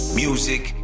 music